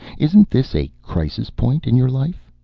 isn't this a crisis-point in your life?